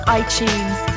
itunes